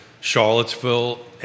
Charlottesville